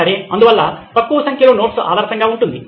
సరే అందువల్ల తక్కువ సంఖ్యలో నోట్స్ ఆదర్శంగా ఉంటుంది